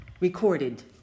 recorded